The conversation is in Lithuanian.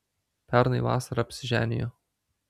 pernai vasarą apsiženijo